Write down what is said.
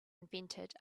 invented